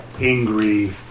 angry